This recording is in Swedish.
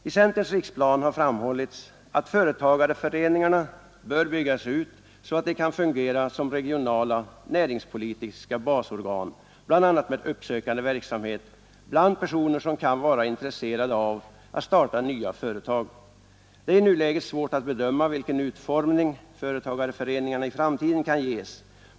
I centerns riksplan har framhållits att företagarföreningarna bör byggas ut så att de kan fungera som regionala näringspolitiska basorgan, bl.a. med uppsökande verksamhet bland personer som kan vara intresserade av att starta nya företag. Det är i nuläget svårt att bedöma vilken utformning företagarföreningarna i framtiden kan ges.